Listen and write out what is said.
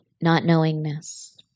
not-knowingness